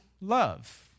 love